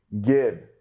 give